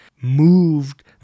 moved